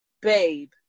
babe